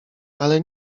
ale